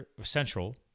central